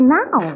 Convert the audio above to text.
now